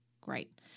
Great